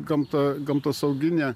gamtą gamtosauginę